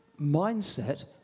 mindset